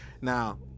Now